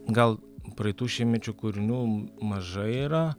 gal praeitų šimtmečių kūrinių mažai yra